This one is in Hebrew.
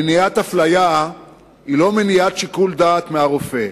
מניעת הפליה היא לא מניעת שיקול דעת מהרופא.